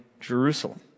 Jerusalem